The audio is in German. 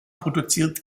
produziert